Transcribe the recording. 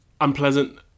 unpleasant